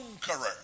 conqueror